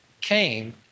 came